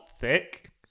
thick